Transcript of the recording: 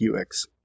UX